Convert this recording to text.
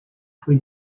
foi